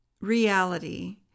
reality